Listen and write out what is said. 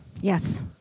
Yes